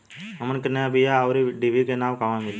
हमन के नया बीया आउरडिभी के नाव कहवा मीली?